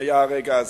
היה הרגע הזה.